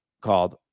called